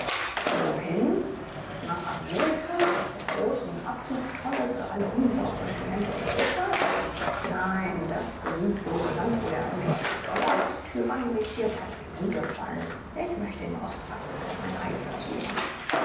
wohin nach amerika der großen abhubtonne für alle unsaubren elemente europas nein das gemütlose land wo der allmächtige dollar als tyrann regiert hat mir nie gefallen ich möchte in ostafrika mein heil versuchen